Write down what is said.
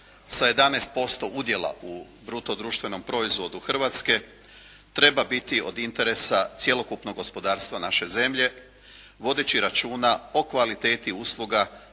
sa 11% udjela u bruto društvenom proizvodu Hrvatske treba biti od interesa cjelokupnog gospodarstva naše zemlje vodeći računa o kvaliteti usluga